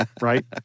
Right